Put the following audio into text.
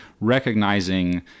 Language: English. recognizing